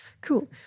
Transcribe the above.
cool